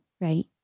Right